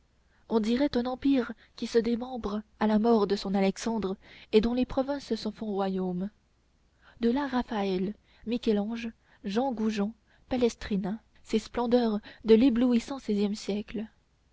on dirait un empire qui se démembre à la mort de son alexandre et dont les provinces se font royaumes de là raphaël michel-ange jean goujon palestrina ces splendeurs de l'éblouissant seizième siècle